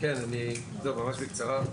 ממש בקצרה.